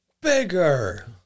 Bigger